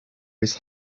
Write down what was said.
his